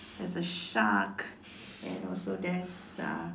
there is a shark and also there is uh